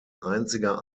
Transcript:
einziger